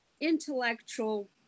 intellectual